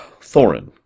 Thorin